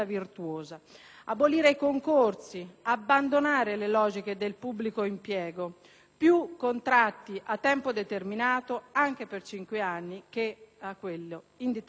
abolire i concorsi, abbandonare le logiche del pubblico impiego, con più contratti a tempo determinato (anche per cinque anni) che a tempo indeterminato.